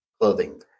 clothing